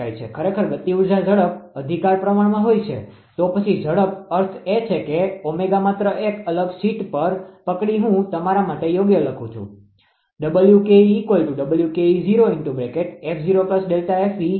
ખરેખર ગતિ ઊર્જા ઝડપ અધિકાર પ્રમાણમાં હોય છે તો પછી ઝડપ અર્થ એ છે કે ω માત્ર એક અલગ શીટ પર પકડી હું તમારા માટે યોગ્ય લખું છું